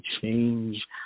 change